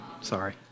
Sorry